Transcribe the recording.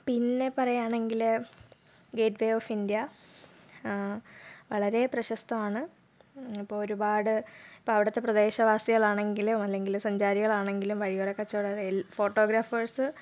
പിന്നെ പറയുകയാണെങ്കിൽ Gateway of India വളരെ പ്രശസ്തമാണ് അപ്പോൾ ഒരുപാട് ഇപ്പോൾ അവിടുത്തെ പ്രദേശവാസികൾ ആണെങ്കിൽ അല്ലെങ്കിൽ സഞ്ചാരികളാണെങ്കിലും വഴിയോരക്കച്ചവടം ൽ ഫോട്ടോഗ്രാഫേഴ്സ്